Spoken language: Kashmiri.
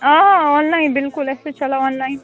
آ آنلاین بلکل اَسہِ چھُ چلان آنلاین